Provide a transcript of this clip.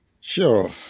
Sure